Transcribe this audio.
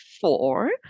four